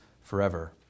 forever